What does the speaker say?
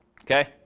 Okay